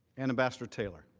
and ambassador taylor.